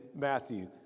Matthew